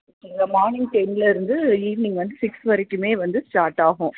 இங்கே மார்னிங் டென்னில் இருந்து ஈவ்னிங் வந்து சிக்ஸ் வரைக்குமே வந்து ஸ்டார்ட் ஆகும்